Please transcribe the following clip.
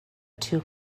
two